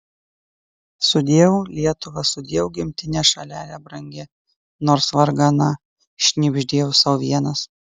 sudieu lietuva sudieu gimtine šalele brangi nors vargana šnibždėjau sau vienas